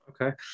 Okay